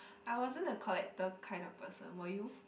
I wasn't that collected kind of person were you